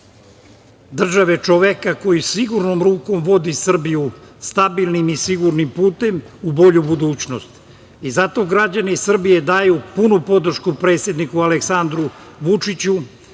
države čoveka koji sigurnom rukom vodi Srbiju stabilnim i sigurnim putem u bolju budućnost. Zato građani Srbije daju punu podršku predsedniku Aleksandru Vučiću.U